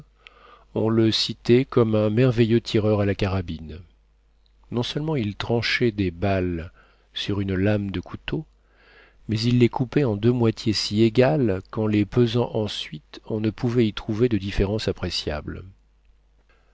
on le citait comme un merveilleux tireur à la carabine non seulement il tranchait des balles sur une lame de couteau mais il les coupait en deux moitiés si égales qu'en les pesant ensuite on ne pouvait y trouver de différence appréciable